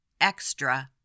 extra